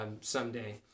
someday